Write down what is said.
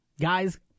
guys